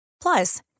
Plus